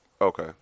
Okay